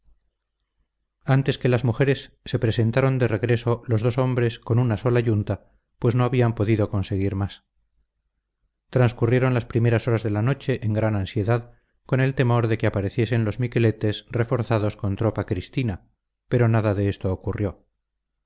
antes que las mujeres se presentaron de regreso los dos hombres con una sola yunta pues no habían podido conseguir más transcurrieron las primeras horas de la noche en gran ansiedad con el temor de que apareciesen los miqueletes reforzados con tropa cristina pero nada de esto ocurrió